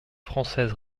française